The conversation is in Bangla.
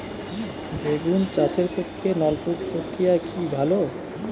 বেগুন চাষের পক্ষে নলকূপ প্রক্রিয়া কি ভালো?